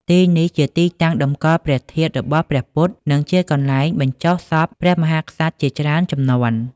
ទីនេះជាទីតាំងតម្កល់ព្រះធាតុរបស់ព្រះពុទ្ធ និងជាកន្លែងបញ្ចុះសពព្រះមហាក្សត្រជាច្រើនជំនាន់។